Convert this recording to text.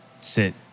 sit